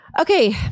okay